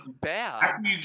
bad